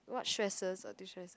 what stresses or destress